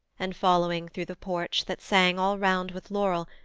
and following through the porch that sang all round with laurel,